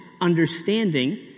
understanding